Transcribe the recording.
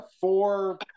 four